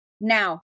Now